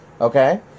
okay